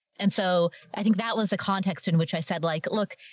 and so i think that was the context in which i said like, look,